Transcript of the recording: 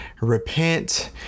repent